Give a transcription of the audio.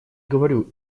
говорю